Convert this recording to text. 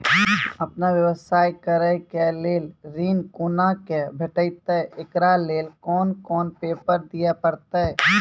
आपन व्यवसाय करै के लेल ऋण कुना के भेंटते एकरा लेल कौन कौन पेपर दिए परतै?